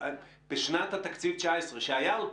בשנת התקציב 2019, כשעוד היה תקציב,